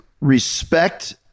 respect